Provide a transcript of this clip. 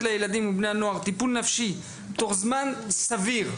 לילדים ובני הנוער טיפול נפשי תוך זמן סביר.